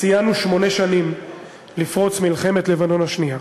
ציינו שמונה שנים לפרוץ מלחמת לבנון השנייה.